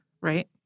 Right